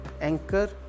Anchor